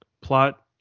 plot